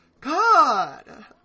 god